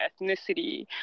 ethnicity